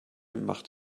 macht